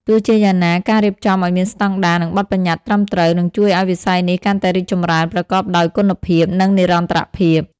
ទោះជាយ៉ាងណា ការរៀបចំឲ្យមានស្តង់ដារ និងបទប្បញ្ញត្តិត្រឹមត្រូវ នឹងជួយឲ្យវិស័យនេះកាន់តែរីកចម្រើនប្រកបដោយគុណភាព និងនិរន្តរភាព។